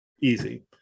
easy